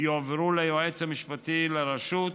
יועברו ליועץ המשפטי לרשות,